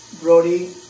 Brody